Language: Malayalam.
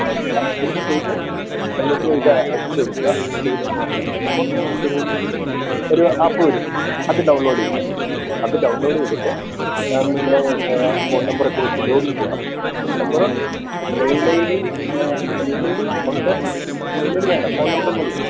ഓക്കെ ആപ്പ് സ്റ്റോറില് പോയിട്ട് നമുക്ക് ഇത് അടിച്ചുകൊടുക്കുക ടെയില്എയെന്നും പറഞ്ഞ് അപ്പം നമുക്കൊരു ഒരു ആപ്പ് വരും അത് ഡൗൺലോഡ് ചെയ്യുക അത് ഡൗൺലോഡ് ചെയ്തിട്ട് നമ്മുടെ ഫോൺ നമ്പറൊക്കെ വെച്ച് ലോഗിൻ ചെയ്യണം ഫോൺ നമ്പറോ mail I D mail I D ഉണ്ട് മെയില് ഐ ഡി വേണ്ട ഫോൺ നമ്പര് മതി